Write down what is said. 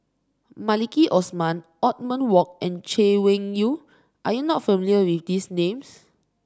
Maliki Osman Othman Wok and Chay Weng Yew are you not familiar with these names